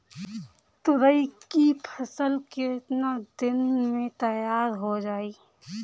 तोरी के फसल केतना दिन में तैयार हो जाई?